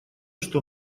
что